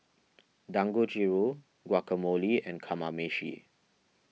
Dangojiru Guacamole and Kamameshi